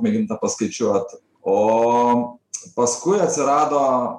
mėginta paskaičiuot o paskui atsirado